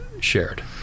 shared